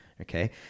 Okay